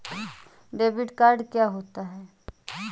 Debit card क्या होता है?